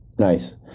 Nice